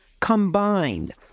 combined